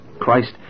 Christ